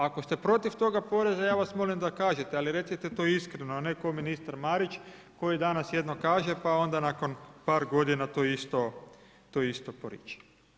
Ako ste protiv toga poreza, ja vas molim da kažete, ali recite to iskreno, a ne ko ministar Marić koji danas jedno kaže, pa onda nakon par godina to isto, to isto poriče.